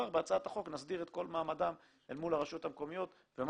בהצעת החוק נסדיר את כל מעמדם אל מול הרשויות המקומיות ומה